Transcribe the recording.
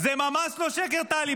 זה ממש לא שקר, טלי.